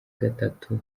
gatatu